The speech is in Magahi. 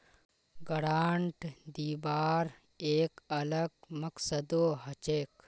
ग्रांट दिबार एक अलग मकसदो हछेक